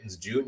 Jr